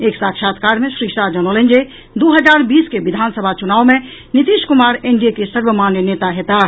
एक साक्षात्कार मे श्री शाह जनौलनि जे दू हजार बीस के विधानसभा चुनाव मे नीतीश कुमार एनडीए के सर्वमान्य नेता होयताह